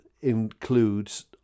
includes